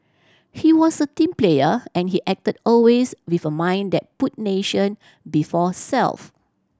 he was a team player and he acted always with a mind that put nation before self